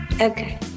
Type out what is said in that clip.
Okay